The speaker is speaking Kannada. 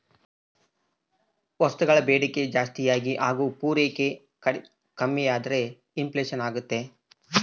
ವಸ್ತುಗಳ ಬೇಡಿಕೆ ಜಾಸ್ತಿಯಾಗಿ ಹಾಗು ಪೂರೈಕೆ ಕಮ್ಮಿಯಾದ್ರೆ ಇನ್ ಫ್ಲೇಷನ್ ಅಗ್ತೈತೆ